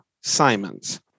Simons